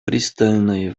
пристальное